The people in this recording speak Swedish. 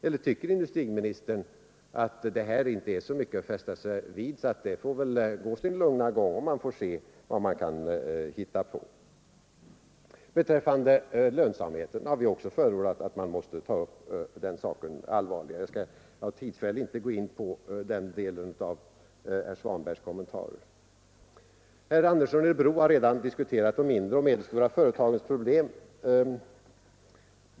Eller tycker industriministern att det här inte är så mycket att fästa sig vid, utan att det får gå sin lugna gång och att man får se vad man kan hitta på? Vi har också framhållit att man mera allvarligt måste ta upp frågan om lönsamheten. Jag skall av tidsskäl inte gå in på den delen av herr Svanbergs kommentarer. Herr Andersson i Örebro har redan diskuterat de mindre och medelstora företagens problem.